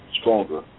stronger